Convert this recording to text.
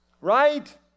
right